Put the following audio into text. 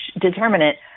determinant